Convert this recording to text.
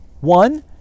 One